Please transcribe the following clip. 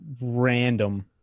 random